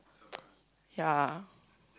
yeah